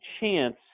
chance